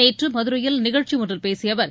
நேற்று மதுரையில் நிகழ்ச்சியொன்றில் பேசிய அவர்